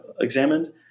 examined